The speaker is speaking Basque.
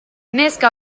neska